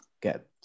get